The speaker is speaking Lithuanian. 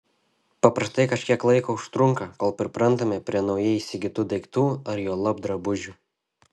paprastai kažkiek laiko užtrunka kol priprantame prie naujai įsigytų daiktų ar juolab drabužių